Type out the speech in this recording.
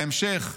בהמשך,